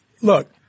look